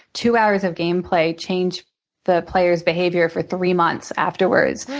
two hours of gameplay changed the player's behavior for three months afterward.